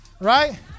right